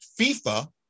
FIFA